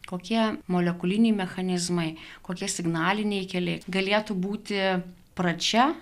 kokie molekuliniai mechanizmai kokie signaliniai keliai galėtų būti pradžia